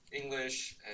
English